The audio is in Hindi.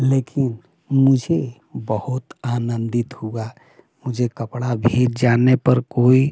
लेकिन मुझे बहुत आनंदित हुआ मुझे कपड़ा भीज जाने पर कोई